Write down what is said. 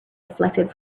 reflected